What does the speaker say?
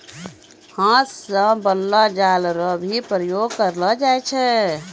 हाथ से बनलो जाल रो भी प्रयोग करलो जाय छै